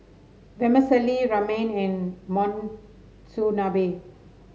Vermicelli Ramen and Monsunabe